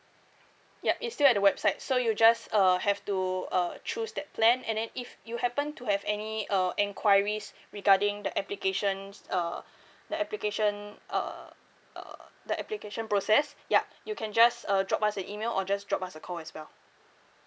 ya it's still at the website so you just uh have to uh choose that plan and then if you happen to have any uh enquiries regarding the applications uh the application uh uh the application process ya you can just uh drop us an email or just drop us a call as well